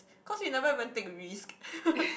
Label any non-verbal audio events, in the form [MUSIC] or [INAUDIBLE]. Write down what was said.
cause you never even take risk [LAUGHS]